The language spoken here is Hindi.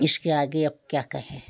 इसके आगे अब क्या कहें